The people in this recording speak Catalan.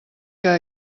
que